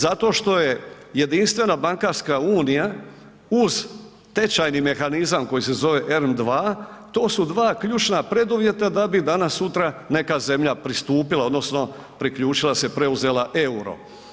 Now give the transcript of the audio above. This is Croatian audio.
Zato što je Jedinstvena bankarska unija uz tečajni mehanizam koji se zove ERM II to su dva ključna preduvjeta da bi danas sutra neka zemlja pristupila odnosno priključila se preuzela euro.